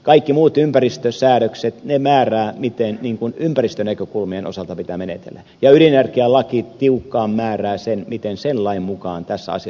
kaikki muut ympäristösäädökset määräävät miten ympäristönäkökulmien osalta pitää menetellä ja ydinenergialaki tiukkaan määrää sen miten sen lain mukaan tässä asiassa pitää menetellä